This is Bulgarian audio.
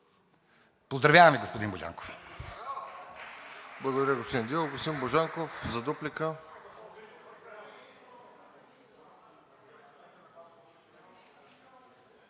Поздравявам Ви, господин Божанков.